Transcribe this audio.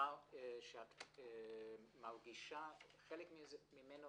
הפער שאת מרגישה חלק ממנו,